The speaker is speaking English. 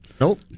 Nope